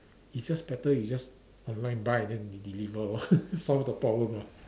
it's just better it's just online buy then deliver loh solve the problem lah